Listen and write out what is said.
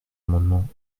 amendement